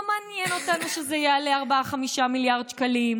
לא מעניין אותנו שזה יעלה 4 5 מיליארד שקלים,